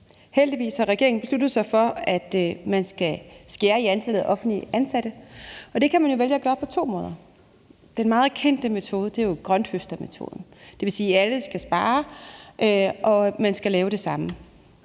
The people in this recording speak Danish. Heldigvis har regeringen besluttet sig for, at man skal skære i antallet af offentligt ansatte, og det kan man vælge at gøre på to måder: Den meget kendte metode er jo grønthøstermetoden, og det vil sige, at alle skal spare og man skal lave det samme.